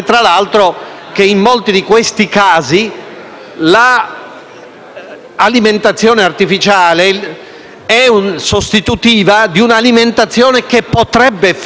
l'alimentazione artificiale è sostitutiva di un'alimentazione che potrebbe effettuarsi direttamente ancorché faticosamente,